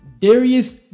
Darius